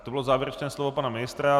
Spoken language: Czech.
To bylo závěrečné slovo pana ministra.